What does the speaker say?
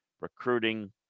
recruiting